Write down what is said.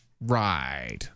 Right